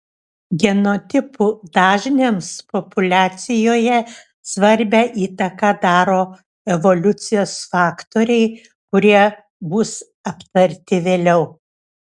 genotipų dažniams populiacijoje svarbią įtaką daro evoliucijos faktoriai kurie bus aptarti vėliau